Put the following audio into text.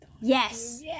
Yes